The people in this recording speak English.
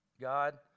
God